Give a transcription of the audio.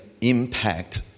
impact